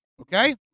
Okay